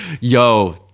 Yo